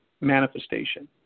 Manifestation